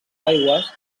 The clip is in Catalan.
aigües